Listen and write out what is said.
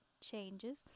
changes